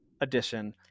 addition